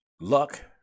Luck